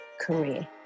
career